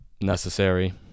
necessary